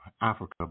Africa